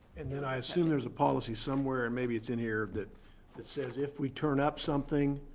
and then i assume there is a policy somewhere, and maybe it's in here, that that says if we turn up something,